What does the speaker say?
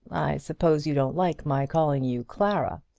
i suppose you don't like my calling you clara.